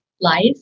life